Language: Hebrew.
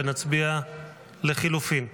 ונצביע על לחלופין.